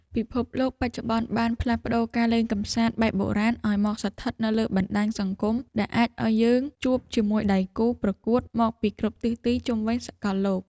ពិភពលោកបច្ចុប្បន្នបានផ្លាស់ប្តូរការលេងកម្សាន្តបែបបុរាណឱ្យមកស្ថិតនៅលើបណ្តាញសង្គមដែលអាចឱ្យយើងជួបជាមួយដៃគូប្រកួតមកពីគ្រប់ទិសទីជុំវិញសកលលោក។